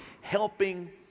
helping